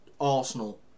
Arsenal